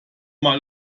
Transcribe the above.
mal